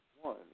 one